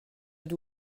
êtes